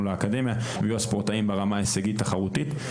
לאקדמיה להיות ספורטאים ברמה ההישגית התחרותית.